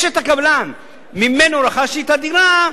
"שממנו רכשתי את הדירה,